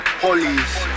police